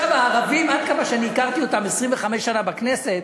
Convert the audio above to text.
הערבים, עד כמה שאני הכרתי אותם, 25 שנה בכנסת,